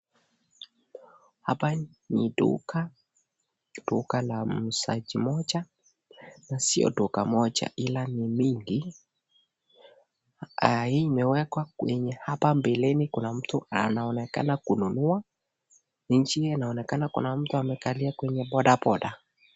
Hapa ni duka, duka la muuzaji mmoja, sio duka moja ila ni mingi, hii imewekwa hapa mbeleni inaonekana kuna mtu mwenye anaonekana kununua, nje inaonekana kuna mtu mwenye amekalia kwenye boda boda.